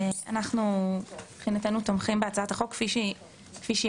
אנחנו תומכים בהצעת החוק כפי שהיא היום.